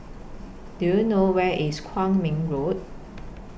Do YOU know Where IS Kwong Min Road